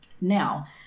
now